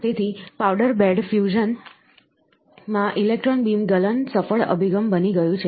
તેથી powder bed ફ્યુઝનમાં electron beam ગલન સફળ અભિગમ બની ગયું છે